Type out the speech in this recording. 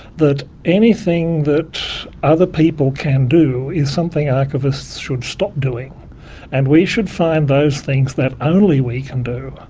that anything that other people can do is something archivists should stop doing and we should find those things that only we can do.